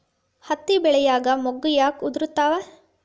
ಹತ್ತಿ ಬೆಳಿಯಾಗ ಮೊಗ್ಗು ಯಾಕ್ ಉದುರುತಾವ್?